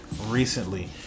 recently